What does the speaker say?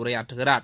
உரையாற்றுகிறார்